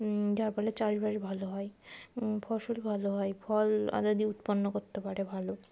যার ফলে চাষবাস ভালো হয় ফসল ভালো হয় ফল আলা দিয়ে উৎপন্ন করতে পারে ভালো